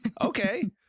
okay